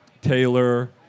Taylor